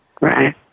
Right